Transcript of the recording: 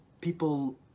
People